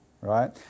right